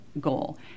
goal